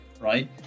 Right